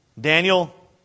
Daniel